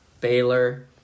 baylor